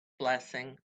blessing